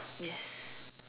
yes